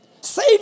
Say